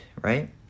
right